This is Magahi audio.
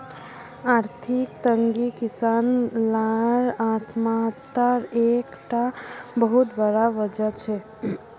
आर्थिक तंगी किसान लार आत्म्हात्यार एक टा बहुत बड़ा वजह छे